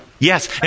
Yes